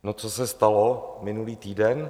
No, co se stalo minulý týden?